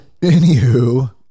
Anywho